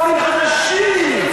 דברים חדשים,